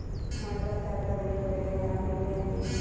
ಮಳಗಲದಾಗ ಬೆಳಿಯೊ ಬೆಳೆನ ರಾಬಿ ಬೆಳೆ ಅಂತಿವಿ